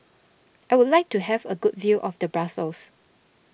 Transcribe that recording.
I would like to have a good view of the Brussels